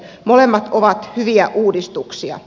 molemmat ovat hyviä uudistuksia